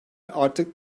artık